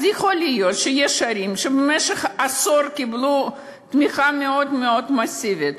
אז יכול להיות שיש ערים שבמשך עשור קיבלו תמיכה מאוד מאוד מסיבית,